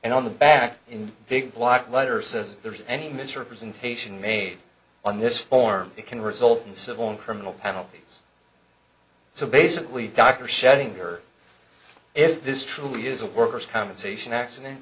and on the back in big black letters as if there is any misrepresentation made on this form it can result in civil and criminal penalties so basically doctor sharing her if this truly is a worker's compensation accident